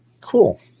Cool